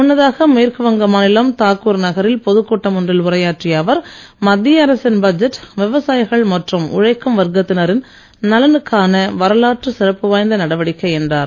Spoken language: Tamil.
முன்னதாக மேற்குவங்க மாநிலம் தாக்கூர் நகரில் பொதுக்கூட்டம் ஒன்றில் உரையாற்றிய அவர் மத்திய அரசின் பட்ஜெட் விவசாயிகள் மற்றும் உழைக்கும் வர்க்கத்தினரின் நலனுக்கான வரலாற்று சிறப்பு வாய்ந்த நடவடிக்கை என்றார்